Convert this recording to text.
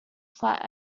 flat